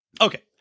Okay